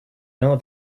know